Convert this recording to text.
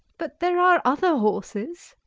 but there are other horses.